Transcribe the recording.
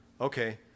Okay